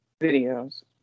videos